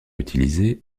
utilisé